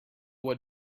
what